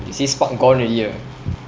they say spark gone already ah